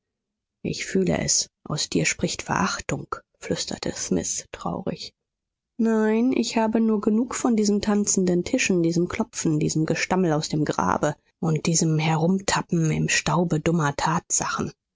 ich fühle es aus dir spricht verachtung flüsterte smith traurig nein ich habe nur genug von diesen tanzenden tischen diesem klopfen diesem gestammel aus dem grabe und diesem herumtappen im staube dummer tatsachen